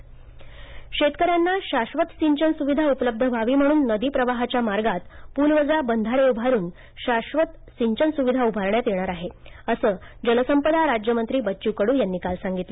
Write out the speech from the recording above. पाटबंधारे शेतकऱ्यांना शाश्वत सिंचन सुविधा उपलब्ध व्हावी म्हणून नदी प्रवाहाच्या मार्गात पुलवजा बंधारे उभारुन शाश्वत सिंचन सुविधा उभारण्यात येणार आहे असं जलसंपदा राज्यमंत्री बच्चू कडू यांनी काल सांगितलं